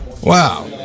Wow